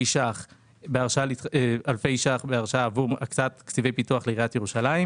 ש"ח בהרשאה עבור הקצאת תקציבי פיתוח לעיריית ירושלים.